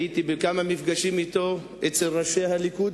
הייתי בכמה מפגשים אתו אצל ראשי הליכוד,